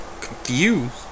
confused